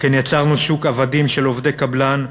שכן יצרנו שוק עבדים של עובדי קבלן,